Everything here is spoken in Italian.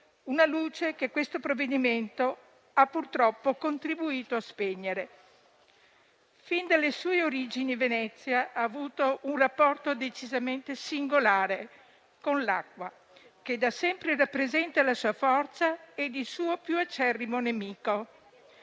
Una luce che questo provvedimento ha purtroppo contribuito a spegnere. Fin dalle sue origini, Venezia ha avuto un rapporto decisamente singolare con l'acqua, che da sempre rappresenta la sua forza ed il suo più acerrimo nemico.